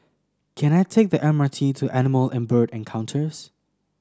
can I take the M R T to Animal and Bird Encounters